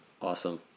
Awesome